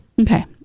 Okay